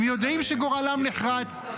הם יודעים שגורלם נחרץ,